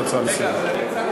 לא, אני לא הופך את זה להצעה